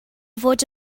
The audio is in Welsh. fod